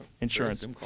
insurance